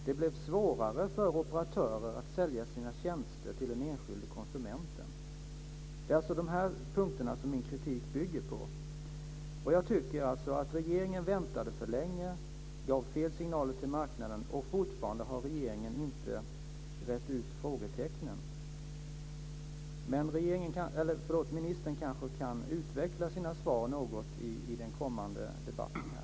Det blev svårare för operatörer att sälja sina tjänster till den enskilde konsumenten. Det är dessa punkter som min kritik bygger på. Jag tycker att regeringen väntade för länge och gav fel signaler till marknaden, och regeringen har fortfarande inte rett ut frågetecknen. Ministern kan kanske utveckla sina svar något i den kommande debatten.